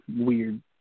weird